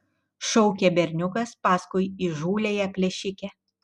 šaukė berniukas paskui įžūliąją plėšikę